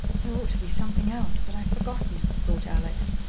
there ought to be something else, but i've forgotten, thought alex.